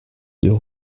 deux